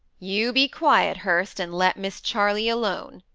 you be quiet, hurst, and let miss charley alone,